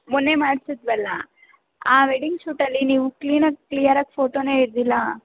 ಮೊನ್ನೆ ಮಾಡ್ಸಿದ್ವಲ್ಲಾ ಆ ವೆಡ್ಡಿಂಗ್ ಶೂಟಲ್ಲಿ ನೀವು ಕ್ಲೀನಾಗಿ ಕ್ಲಿಯರಾಗಿ ಫೋಟೋನೇ ಇದ್ದಿಲ್ಲ